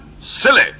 Silly